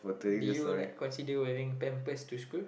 did you like consider wearing pampers to school